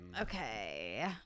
Okay